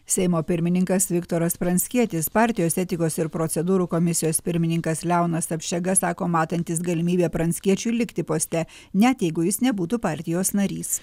seimo pirmininkas viktoras pranckietis partijos etikos ir procedūrų komisijos pirmininkas leonas apšega sako matantis galimybę pranckiečiui likti poste net jeigu jis nebūtų partijos narys